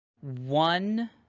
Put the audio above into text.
One